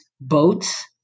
boats